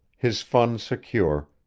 his funds secure,